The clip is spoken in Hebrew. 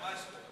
ממש לא.